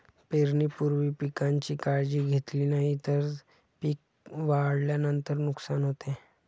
पेरणीपूर्वी पिकांची काळजी घेतली नाही तर पिक वाढल्यानंतर नुकसान होते